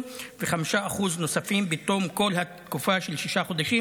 ו-5% נוספים בתום כל התקופה של שישה חודשים.